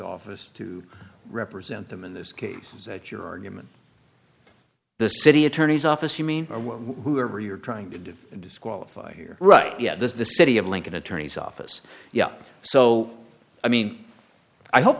office to represent them in this case is that your argument the city attorney's office you mean are we were you're trying to disqualify you're right yeah this is the city of lincoln attorney's office you know so i mean i hope